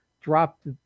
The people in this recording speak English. dropped